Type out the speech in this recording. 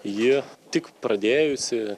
ji tik pradėjusi